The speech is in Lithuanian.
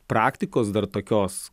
praktikos dar tokios